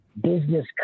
business